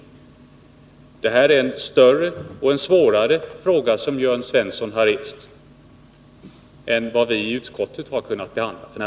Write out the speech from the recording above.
Jörn Svensson har rest en större och svårare fråga än den som vi i utskottet nu har behandlat.